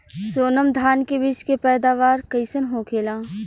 सोनम धान के बिज के पैदावार कइसन होखेला?